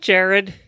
Jared